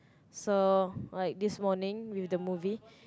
so like this morning with the movie